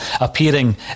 appearing